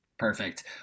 Perfect